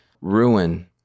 ruin